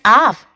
off